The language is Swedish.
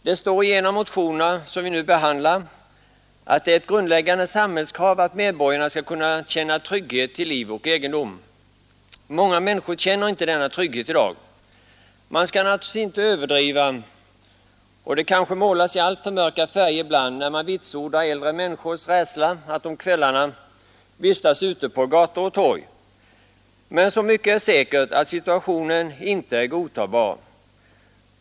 Det står i en av de motioner som vi nu behandlar att det är ett grundlä samhällskrav att medborgarna skall kunna känna trygghet till liv och egendom. Många människor känner inte denna trygghet i dag. Man skall naturligtvis inte överdriva, och det kanske målas i alltför mörka färger ibland när man vitsordar äldre människors rädsla att om kvällarna vistas ute på gator och torg. Men så mycket är säkert att situationen inte är godtagbar.